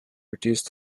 reduced